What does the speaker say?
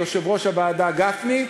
יושב-ראש הוועדה גפני,